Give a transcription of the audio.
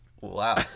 Wow